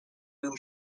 whom